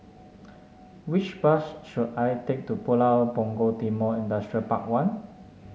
which bus should I take to Pulau Punggol Timor Industrial Park One